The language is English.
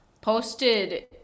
posted